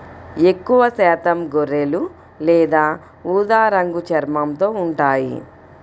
ఎక్కువశాతం గొర్రెలు లేత ఊదా రంగు చర్మంతో ఉంటాయి